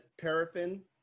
Paraffin